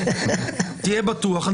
היה בטוח.